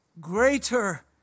greater